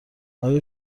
آیا